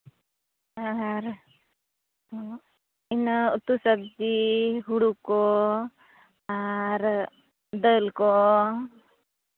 ᱦᱮᱸ ᱦᱮᱸ ᱟᱨ ᱦᱚᱸ ᱤᱱᱟᱹ ᱩᱛᱩ ᱥᱚᱵᱽᱡᱤ ᱦᱳᱲᱳ ᱠᱚ ᱟᱨ ᱫᱟᱹᱞ ᱠᱚ